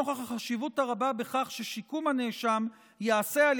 נוכח החשיבות הרבה בכך ששיקום הנאשם ייעשה על